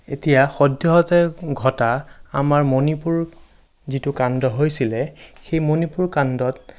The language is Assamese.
এতিয়া সদ্যহতে ঘটা আমাৰ মণিপুৰ যিটো কাণ্ড হৈছিলে সেই মণিপুৰ কাণ্ডত